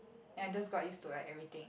and I just got used to like everything